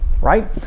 Right